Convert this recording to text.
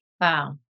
wow